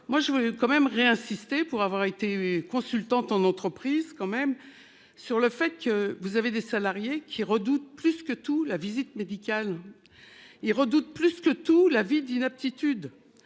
moi je voulais quand même re-insister pour avoir été consultante en entreprise quand même sur le fait que vous avez des salariés qui redoutent plus que tout. La visite médicale. Il redoute plus que tout l'avis d'inaptitude